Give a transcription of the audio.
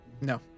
no